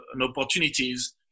opportunities